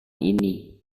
ini